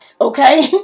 Okay